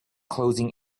closing